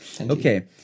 Okay